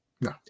no